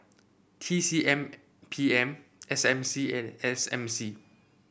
T C M P M S M C and S M C